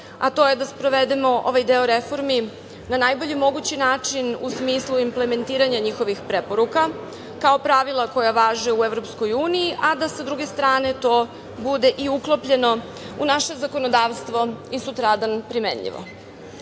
a to je da sprovedemo ovaj deo reformi na najbolji mogući način, u smislu implementiranja njihovih preporuka, kao pravila koja važe u EU, a da sa druge strane to bude i uklopljeno u naše zakonodavstvo i sutradan primenjivo.U